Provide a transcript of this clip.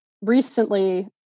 recently